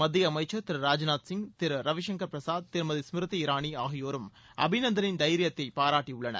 மத்திய அமைச்சர் திரு ராஜ்நாத் சிங் திரு ரவி சங்கர் பிரசாத் திருமதி ஸ்மிருதி இரானி ஆகியோரும் அபிநந்தனின் தைரியத்தை பாராட்டியுள்ளனர்